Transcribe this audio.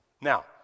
Now